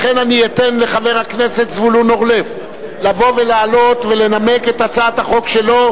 אני אתן לחבר הכנסת זבולון אורלב לבוא ולעלות ולנמק את הצעת החוק שלו,